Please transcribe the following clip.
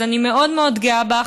אז אני מאוד מאוד גאה בך.